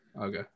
Okay